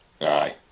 Aye